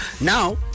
now